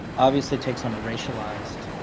obviously, takes on a racialized,